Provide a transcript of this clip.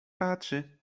patrzy